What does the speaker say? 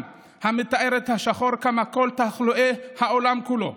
מתארת את השחור כמקור תחלואי העולם כולו,